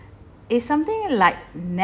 it's something like